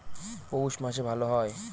পৌষ মাসে ভালো হয়?